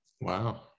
Wow